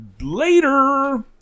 Later